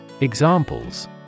Examples